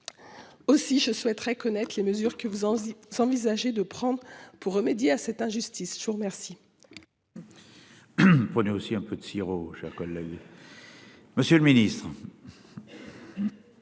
Aussi, je souhaiterais connaître les mesures que vous avez envisagé de prendre pour remédier à cette injustice. Je vous remercie.